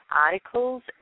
articles